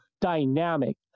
dynamic